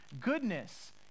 Goodness